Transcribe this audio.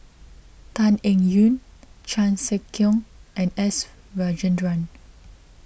Tan Eng Yoon Chan Sek Keong and S Rajendran